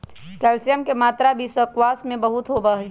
calcium के मात्रा भी स्क्वाश में बहुत होबा हई